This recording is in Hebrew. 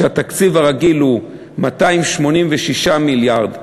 התקציב הרגיל הוא 286 מיליארד,